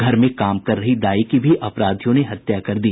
घर में काम कर रही दाई की भी अपराधियों ने हत्या कर दी